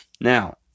Now